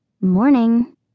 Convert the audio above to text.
Morning